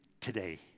today